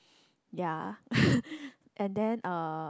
ya and then uh